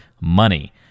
money